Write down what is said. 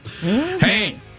Hey